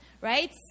right